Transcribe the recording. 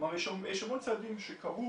יש המון צעדים שקרו